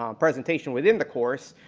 um presentation within the course,